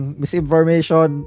misinformation